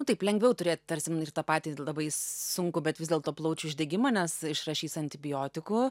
nu taip lengviau turėti tarsi nu ir tą patį labai sunku bet vis dėlto plaučių uždegimą nes išrašys antibiotikų